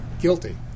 guilty